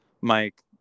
Mike